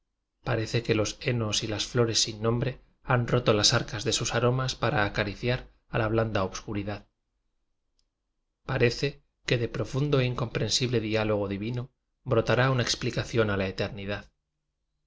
parece que los henos y las flores sin nombre han roto las arcas de sus aromas para acariciar a la blanda obscu ridad parece que del profundo e incom prensible diálogo divino brotara una expli cación a la eternidad